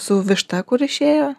su višta kur išėjo